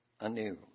anew